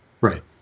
Right